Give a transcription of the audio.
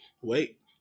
wait